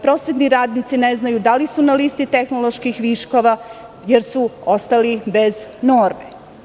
Prosvetni radnici ne znaju da li su na listi tehnoloških viškova, jer su ostali bez norme.